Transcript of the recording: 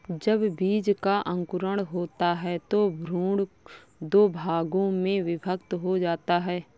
जब बीज का अंकुरण होता है तो भ्रूण दो भागों में विभक्त हो जाता है